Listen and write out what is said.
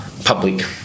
public